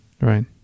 Right